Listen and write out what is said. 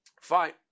Fine